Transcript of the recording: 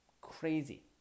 Crazy